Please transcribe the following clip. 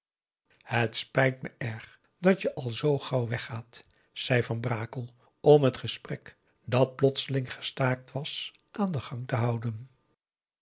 het spijt me erg dat je al zoo gauw weg gaat zei van brakel om het gesprek dat plotseling gestaakt was aan den gang te houden